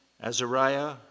Azariah